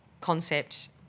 concept